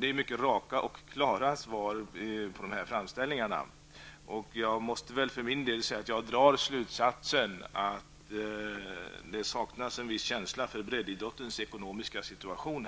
ger mycket raka och klara svar på de frågor jag har ställt. Jag måste säga att jag drar den slutsatsen att det här saknas en viss känsla för breddidrottens ekonomiska situation.